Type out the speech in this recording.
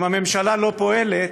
אם הממשלה אינה פועלת,